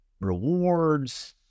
rewards